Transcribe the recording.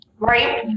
right